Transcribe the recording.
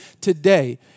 today